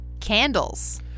candles